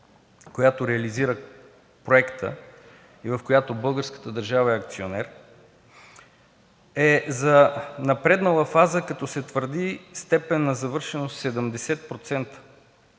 която реализира проекта и в която българската държава е акционер, е за напреднала фаза, като се твърди степен на завършеност 70%.